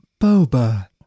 boba